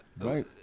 right